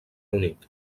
unit